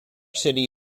city